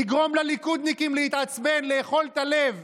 לגרום לליכודניקים להתעצבן ולאכול את הלב.